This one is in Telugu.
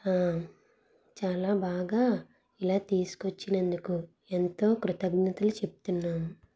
చాలా బాగా ఇలా తీసుకొచ్చినందుకు ఎంతో కృతజ్ఞతలు చెప్తున్నాము